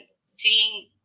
seeing